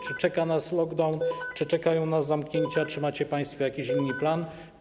Czy czeka nas lockdown, czy czekają nas zamknięcia, czy macie państwo jakiś inny plan?